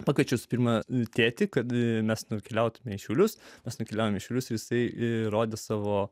pačius pirma tėti kad mes nukeliautumėme į šiaulius pasikliaujame išvis visai įrodė savo